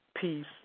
peace